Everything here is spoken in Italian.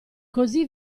così